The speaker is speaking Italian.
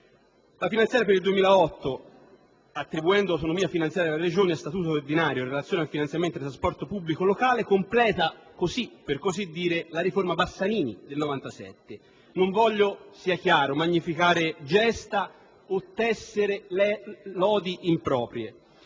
La finanziaria per il 2008, attribuendo autonomia finanziaria alle Regioni a statuto ordinario in relazione al finanziamento del trasporto pubblico locale, completa per così dire la riforma Bassanini del 1997. Non voglio, sia chiaro, magnificare gesta o tessere lodi improprie,